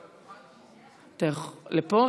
לפה?